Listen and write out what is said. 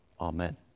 Amen